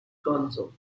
gonzo